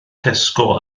tesco